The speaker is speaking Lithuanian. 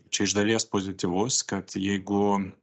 čia iš dalies pozityvus kad jeigu